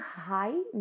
high